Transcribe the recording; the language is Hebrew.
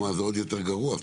זה עוד יותר גרוע.